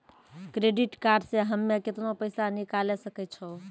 Credit card से हम्मे केतना पैसा निकाले सकै छौ?